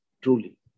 truly